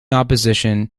opposition